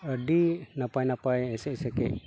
ᱟᱹᱰᱤ ᱱᱟᱯᱟᱭ ᱱᱟᱯᱟᱭ ᱮᱥᱮ ᱥᱮᱠᱮ